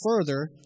further